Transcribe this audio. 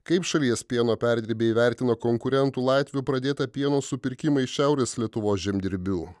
kaip šalies pieno perdirbėjai vertina konkurentų latvių pradėtą pieno supirkimą iš šiaurės lietuvos žemdirbių